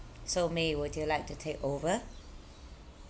so mei would you like to take over